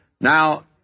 Now